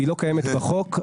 היא לא קיימת בחוק,